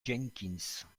jenkins